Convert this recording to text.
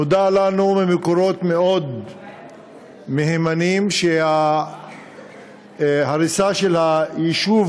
נודע לנו ממקורות מאוד מהימנים שההריסה של היישוב,